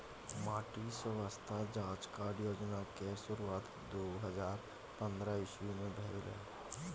माटि स्वास्थ्य जाँच कार्ड योजना केर शुरुआत दु हजार पंद्रह इस्बी मे भेल रहय